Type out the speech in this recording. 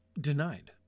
denied